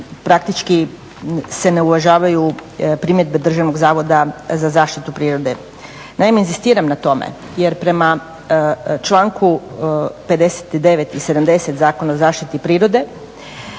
praktički se ne uvažavaju primjedbe Državnog zavoda za zaštitu prirode. Naime, inzistiram na tome jer prema članku 59. i 70. Zakona o zaštiti prirode